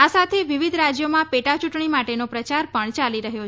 આ સાથે વિવિધ રાજ્યોમાં પેટા યૂંટણી માટેનો પ્રચાર પણ ચાલી રહ્યો છે